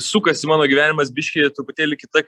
sukasi mano gyvenimas biškį truputėlį kita